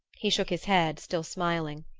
he shook his head, still smiling.